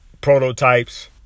prototypes